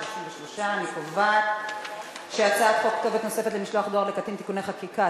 33. אני קובעת שהצעת חוק כתובת נוספת למשלוח דואר לקטין (תיקוני חקיקה),